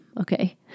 okay